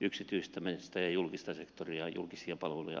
yksityistämistä edistävä ja julkista sektoria ja julkisia palveluja alas ajava linja